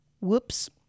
Whoops